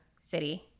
city